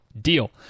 deal